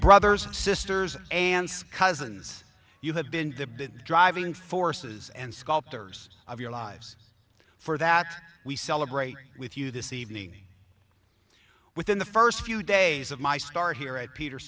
brothers and sisters and cousins you have been the driving forces and sculptors of your lives for that we celebrate with you this evening within the first few days of my start here at peter